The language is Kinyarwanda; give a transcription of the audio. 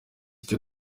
icyo